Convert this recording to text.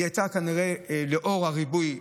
היא הייתה כנראה לאור הריבוי,